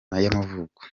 y’amavuko